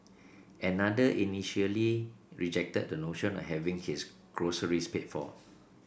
another initially rejected the notion of having his groceries paid for